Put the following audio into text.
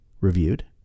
reviewed